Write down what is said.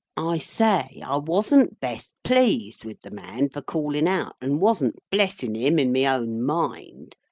i say, i wasn't best pleased with the man for callin out, and wasn't blessin him in my own mind,